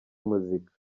muzika